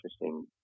interesting